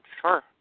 sure